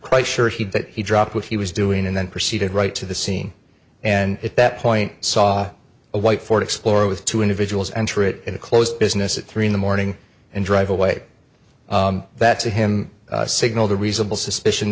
quite sure he did he dropped what he was doing and then proceeded right to the scene and at that point saw a white ford explorer with two individuals enter it in a closed business at three in the morning and drive away that to him signaled a reasonable suspicion